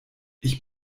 ich